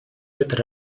with